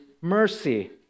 mercy